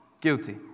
guilty